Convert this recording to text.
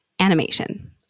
animation